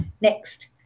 Next